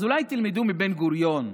אז אולי תלמדו מבן-גוריון,